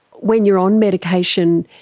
when you were on medication,